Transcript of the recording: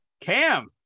Cam